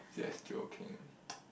see I was joking